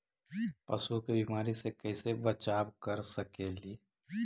पशु के बीमारी से कैसे बचाब कर सेकेली?